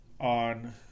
on